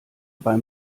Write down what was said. bei